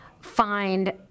find